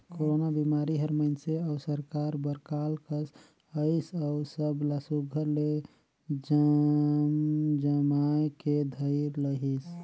corona बिमारी हर मइनसे अउ सरकार बर काल कस अइस अउ सब ला सुग्घर ले जमजमाए के धइर लेहिस